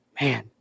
Man